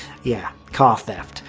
yeah car theft.